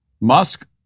Musk